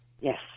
Yes